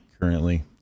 currently